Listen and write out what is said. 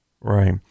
Right